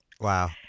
Wow